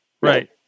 right